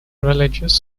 religious